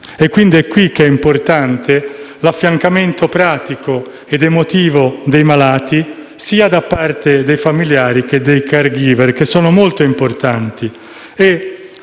Quindi è qui che è importante l'affiancamento pratico ed emotivo dei malati, sia da parte dei familiari che dei *caregiver*, che sono molto importanti.